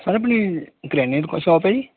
sir ਆਪਣੀ ਕਰਿਆਨੇ ਦੀ ਸ਼ੋਪ ਐ ਜੀ